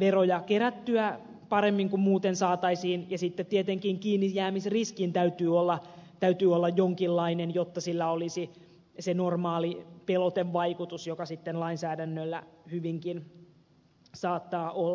veroja kerättyä paremmin kuin muuten saataisiin ja sitten tietenkin kiinnijäämisriskin täytyy olla jonkinlainen jotta sillä olisi se normaali pelotevaikutus joka lainsäädännöllä hyvinkin saattaa olla